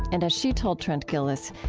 and as she told trent gilliss,